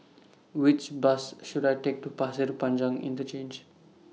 Which Bus should I Take to Pasir Panjang